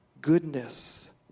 goodness